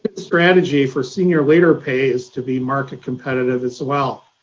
strategy for senior leader pay is to be market competitive as well.